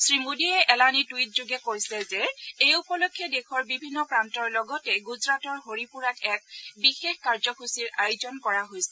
শ্ৰীমোদীয়ে এলানী টুইটযোগে কৈছে যে এই উপলক্ষে দেশৰ বিভিন্ন প্ৰান্তৰ লগতে গুজৰাটৰ হৰিপুৰাত এক বিশেষ কাৰ্যসূচীৰ আয়োজন কৰা হৈছে